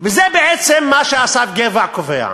וזה בעצם מה שאסף גבע קובע.